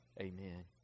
Amen